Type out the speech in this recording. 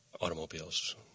automobiles